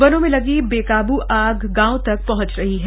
वनों में लगी बेकाबू आग गांवों तक पहंच रही है